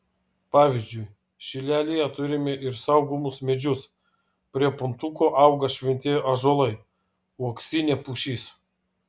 pavyzdžiui šilelyje turime ir saugomus medžius prie puntuko auga šventieji ąžuolai uoksinė pušis